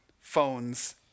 phones